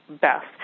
best